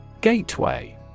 Gateway